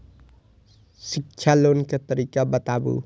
शिक्षा लोन के तरीका बताबू?